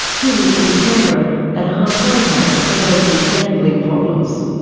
he lives in canberra at a halfway house for those with gambling problems.